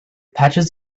patches